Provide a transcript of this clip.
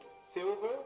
silver